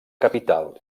capital